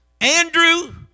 Andrew